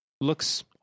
looks